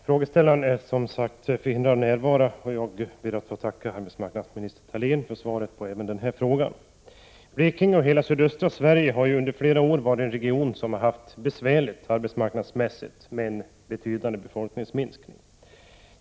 Herr talman! Eftersom frågeställaren är förhindrad att närvara, ber jag att få tacka arbetsmarknadsminister Thalén för svaret även på denna fråga. Blekinge och hela sydöstra Sverige har under flera år haft det besvärligt arbetsmarknadsmässigt och med en betydande befolkningsminskning.